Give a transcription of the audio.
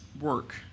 work